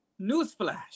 Newsflash